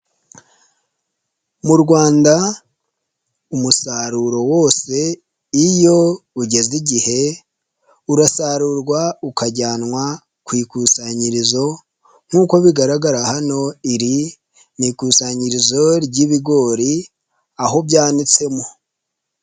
Mu Rwanda, umusaruro wose iyo ugeze igihe urasarurwa, ukajyanwa ku ikusanyirizo nk'uko bigaragara hano iri ni ikusanyirizo ry'ibigori aho byanitsemo.